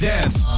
Dance